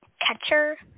Catcher